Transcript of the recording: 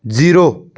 zero